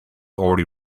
already